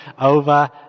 over